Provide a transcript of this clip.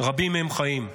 רבים מהם חיים.